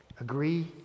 Agree